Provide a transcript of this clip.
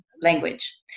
language